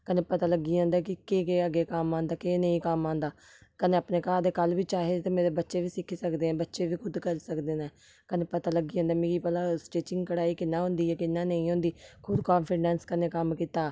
कन्नै पता लग्गी जंदा कि केह् केह् अग्गें कम्म औंदा केह् नेईं कम्म औंदा कन्नै अपने घर दे कल्ल बी चाहे ते मेरे बच्चे बी सिक्खी सकदे ऐं बच्चे बी खुद करी सकदे न कन्नै पता लग्गी जंदा ऐ मिगी भला स्टिचिंग कढाई कि'यां होंदी ऐ कि'यां नेईं होंदी खुद कांफिडैंस कन्नै कम्म कीता